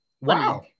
Wow